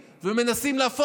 אני לא אומר על כל אחד.